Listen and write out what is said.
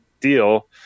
deal